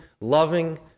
loving